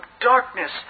darkness